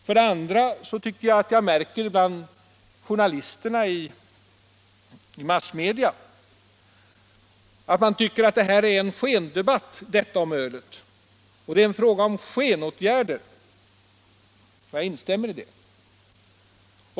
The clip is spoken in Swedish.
För det andra tycker jag att jag märker det bland journalisterna i massmedia, vilka tycker att debatten om ölet är en skendebatt och en fråga om skenåtgärder. Jag instämmer i det.